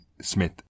Smith